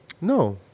No